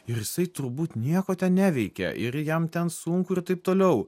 ir jisai turbūt nieko ten neveikia ir jam ten sunku ir taip toliau